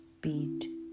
beat